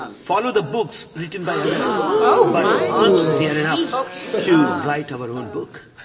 follow the books written by others but aren't daring enough to write our own book.